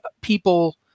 people